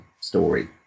story